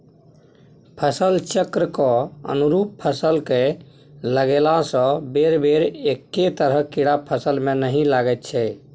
फसल चक्रक अनुरूप फसल कए लगेलासँ बेरबेर एक्के तरहक कीड़ा फसलमे नहि लागैत छै